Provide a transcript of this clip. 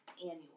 annual